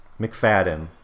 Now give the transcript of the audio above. McFadden